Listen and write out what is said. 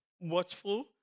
watchful